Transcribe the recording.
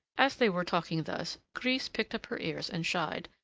as they were talking thus, grise pricked up her ears and shied,